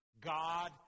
God